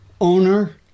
owner